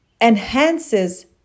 enhances